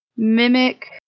mimic